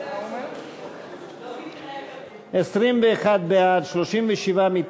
גפני ואורי מקלב וקבוצת סיעת ש"ס לסעיף 15 לא נתקבלה.